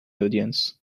audience